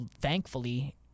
thankfully